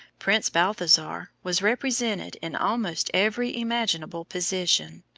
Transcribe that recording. prince balthasar was represented in almost every imaginable position,